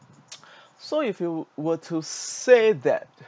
so if you were to say that